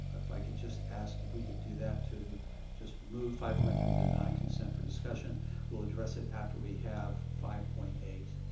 ah if i could just ask if we could do that to just move five point three to the nine consent for discussion we'll address it after we have five point eight.